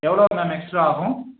எவ்வளோ ma'am extra ஆகும்